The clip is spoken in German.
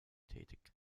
tätig